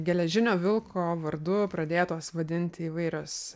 geležinio vilko vardu pradėtos vadinti įvairios